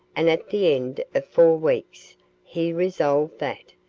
and at the end of four weeks he resolved that,